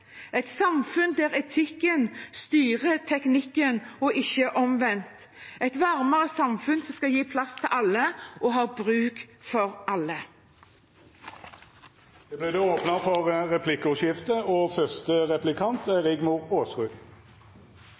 et samfunn der etikken styrer teknikken, ikke omvendt, et varmere samfunn som skal gi plass til alle, og som har bruk for alle. Det vert replikkordskifte. Trontalen er regjeringens arbeidsliste for den kommende stortingssesjonen, og